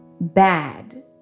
bad